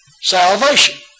salvation